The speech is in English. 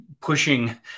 pushing